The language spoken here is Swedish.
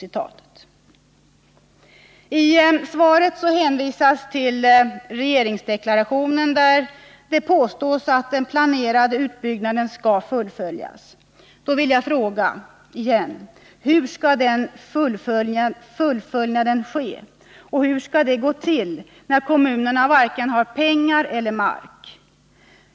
I svaret hänvisas till regeringsdeklarationen, enligt vilken den planerade utbyggnaden skall fullföljas. Då vill jag återigen ställa frågan: Hur skall det fullföljandet ske? Hur skall det gå till när kommunerna inte har vare sig pengar eller mark?